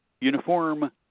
uniform